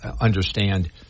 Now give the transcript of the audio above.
understand